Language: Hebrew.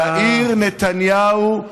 יאיר נתניהו.